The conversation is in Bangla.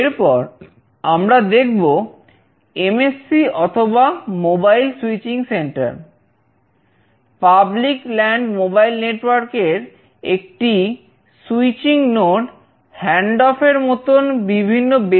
এরপর আমরা দেখব এমএসসি থাকতে পারে